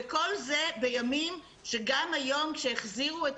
וכל זה בימים שגם היום כשהחזירו את